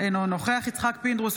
אינו נוכח יצחק פינדרוס,